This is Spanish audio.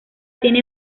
tiene